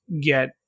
get